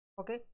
Okay